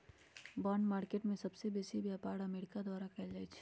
bond market में सबसे बेसी व्यापार अमेरिका द्वारा कएल जाइ छइ